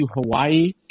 Hawaii